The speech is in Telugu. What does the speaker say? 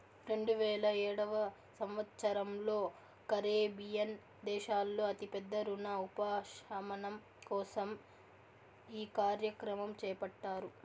రెండువేల ఏడవ సంవచ్చరంలో కరేబియన్ దేశాల్లో అతి పెద్ద రుణ ఉపశమనం కోసం ఈ కార్యక్రమం చేపట్టారు